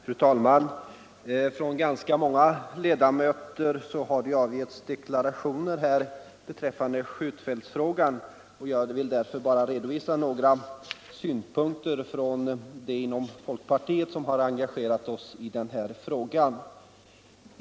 Fru talman! Från flera ledamöter har här avgetts deklarationer beträffande skjutfältsfrågan. Jag vill därför bara redovisa några synpunkter från oss inom folkpartiet som är engagerade i den här frågan.